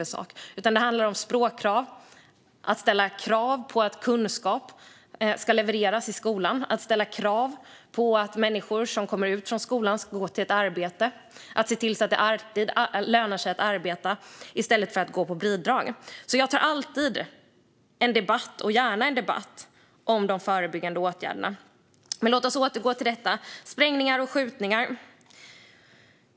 Det handlar om språkkrav, om att ställa krav på att kunskap ska levereras i skolan och på att människor som kommer ut från skolan ska gå till ett arbete och om att se till att det alltid lönar sig att arbeta i stället för att gå på bidrag. Jag tar alltid gärna en debatt om de förebyggande åtgärderna. Men låt oss återgå till sprängningar och skjutningar.